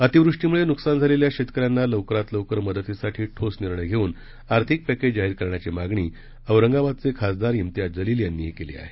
अतिवृष्टीमुळे नुकसान झालेल्या शेतकऱ्यांना लवकरात लवकर मदतीसाठी ठोस निर्णय घेवून आर्थिक पर्केज जाहीर करण्याची मागणी औरंगाबादचे खासदार इम्तियाज जलील यांनीही केली आहे